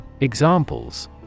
Examples